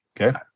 Okay